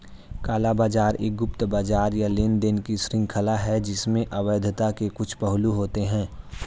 काला बाजार एक गुप्त बाजार या लेनदेन की श्रृंखला है जिसमें अवैधता के कुछ पहलू होते हैं